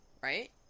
Right